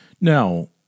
Now